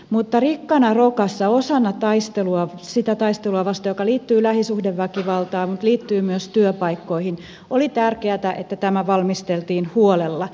mutta rikkana rokassa osana siinä taistelussa joka liittyy lähisuhdeväkivaltaan mutta joka liittyy myös työpaikkoihin oli tärkeätä että tämä valmisteltiin huolella